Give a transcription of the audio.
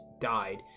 died